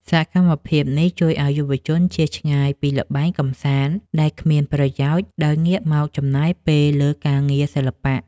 សកម្មភាពនេះជួយឱ្យយុវជន ជៀសឆ្ងាយពីល្បែងកម្សាន្តដែលគ្មានប្រយោជន៍ ដោយងាកមកចំណាយពេលលើការងារសិល្បៈ។